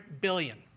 billion